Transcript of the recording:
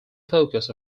focus